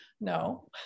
No